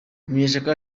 munyeshyaka